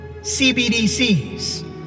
CBDCs